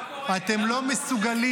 אתם לא מסוגלים